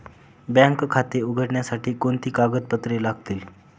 Bank खाते उघडण्यासाठी कोणती कागदपत्रे लागतील?